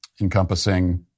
encompassing